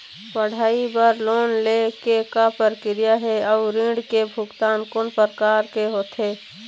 पढ़ई बर लोन ले के का प्रक्रिया हे, अउ ऋण के भुगतान कोन प्रकार से होथे?